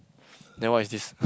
then what is this